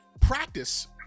practice